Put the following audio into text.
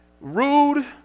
rude